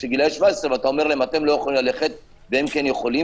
ואתה אומר: אתם לא יכולים והם כן יכולים,